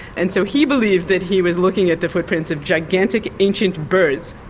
and so he believed that he was looking at the footprints of gigantic ancient birds,